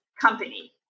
company